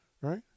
right